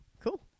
cool